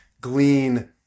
glean